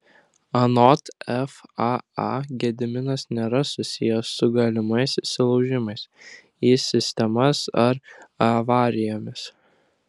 anot faa gedimas nėra susijęs su galimais įsilaužimais į sistemas ar avarijomis